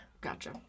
Gotcha